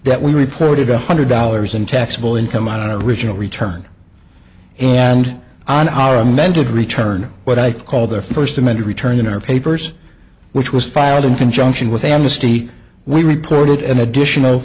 that we reported a hundred dollars in taxable income on a regional return and on our amended return or what i call their first amended return in our papers which was filed in conjunction with amnesty we reported an additional